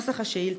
נוסח השאילתה: